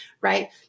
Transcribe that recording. right